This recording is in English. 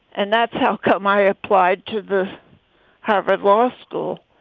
and that's how come i applied to the harvard law school.